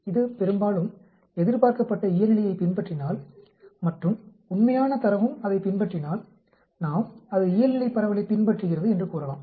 இது பெரும்பாலும் எதிர்பார்க்கப்பட்ட இயல்நிலையைப் பின்பற்றினால் மற்றும் உண்மையான தரவும் அதைப் பின்பற்றினால் நாம் அது இயல்நிலைப் பரவலைப் பின்பற்றுகிறது என்று கூறலாம்